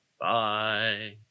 bye